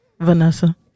Vanessa